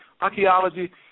archaeology